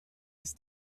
ist